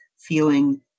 feeling